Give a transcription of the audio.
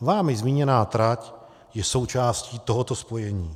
Vámi zmíněná trať je součástí tohoto spojení.